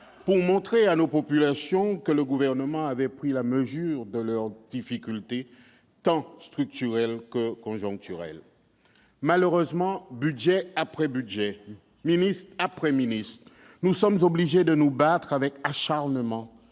pour montrer à nos populations que le Gouvernement avait pris la mesure de leurs difficultés tant structurelles que conjoncturelles. Malheureusement, budget après budget, ministre après ministre, nous sommes obligés de nous battre avec acharnement